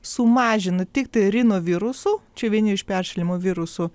sumažina tiktai rinovirusu čia vieni iš peršalimo virusų